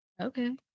Okay